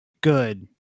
Good